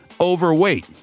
overweight